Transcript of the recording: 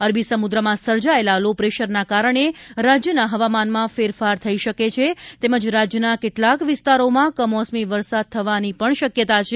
અરબી સમુદ્રમાં સર્જાયેલા લો પ્રેશરના કારણે રાજ્યના હવામાનમાં ફેરફાર થઇ શકે છે તેમજ રાજ્યના કેટલાક વિસ્તારોમાં કમોસમી વરસાદ થવાની પણ શક્યતા છે